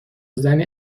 زنی